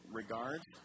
regards